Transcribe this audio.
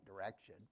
direction